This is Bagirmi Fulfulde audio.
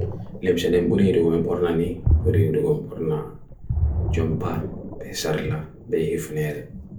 limshadem buri hirugum buri hirugum buri hirugum buri hirugum buri jompa, besarla, be hifnia.